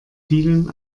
vielen